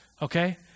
Okay